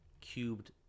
cubed